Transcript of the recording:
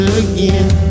again